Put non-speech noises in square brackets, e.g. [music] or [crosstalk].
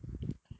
[breath]